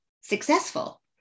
successful